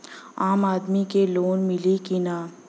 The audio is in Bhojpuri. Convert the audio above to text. आम आदमी के लोन मिली कि ना?